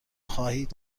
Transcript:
خواهید